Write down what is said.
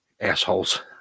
assholes